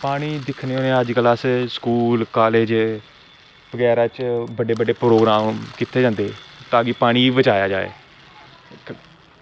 पानी दिक्खने दा अआस एअज्ज स्कूल कॉलेज़ बगैरा च बड्डे बड्डे प्रोग्राम कीते जंदे न ता की पानी गी बचाया जाये